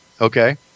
Okay